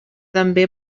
també